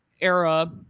era